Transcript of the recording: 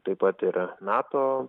taip pat ir nato